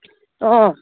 অঁ